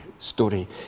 story